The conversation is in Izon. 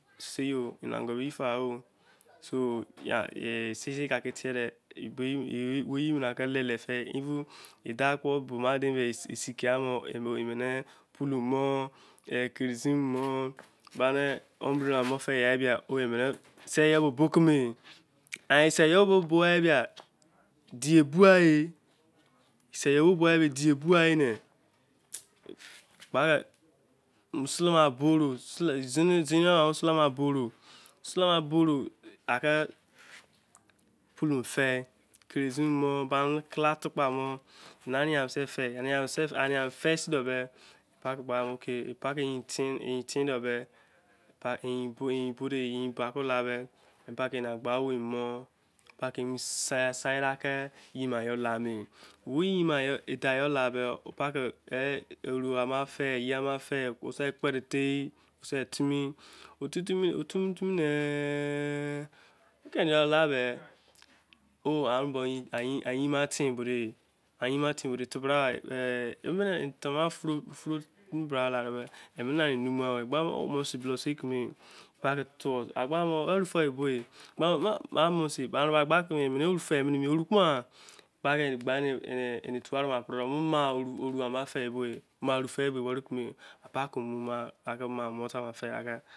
sisi yo anego ye fai, o so. sei ka raide. ye ka lele fei e dan. kpo me ma di sikiamo polu mor, kerosene mor. umbrella m fei ena ye bose bokume si. bo yamie, di bua eh. ne. zineyor sele ma boro anke, polo fei kerosene mo. ba kala tukpa nor. Hanians kpo fei alse fei se mme pake yein fenunu ye bo kfe me oru, ma fei. kemesei kpede tei fimi ne. bo kemesei kpede fei timi ne. bo keneyoi la. be a yin ma tein bode ye tebra eni tubo ofuro fimi mubr- lade men, mene sai nunoro, mmusy sei bulon. sei. keme. oru fei mene pakr gba. eni thara bo ma oru fei